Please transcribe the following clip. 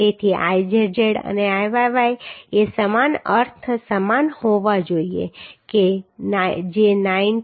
તેથી Izz અને Iyy એ સમાન અર્થ સમાન હોવા જોઈએ કે જે 90